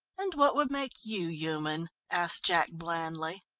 and what would make you human? asked jack blandly.